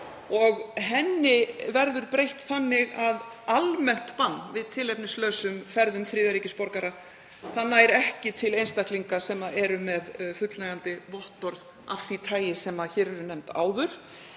og henni verði breytt þannig að almennt bann við tilefnislausum ferðum þriðja ríkis borgara nái ekki til einstaklinga sem eru með fullnægjandi vottorð af því tagi sem voru nefnd hér